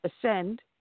ascend